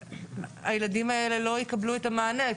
הילדים האלה לא יקבלו את המענה.